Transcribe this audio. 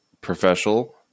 professional –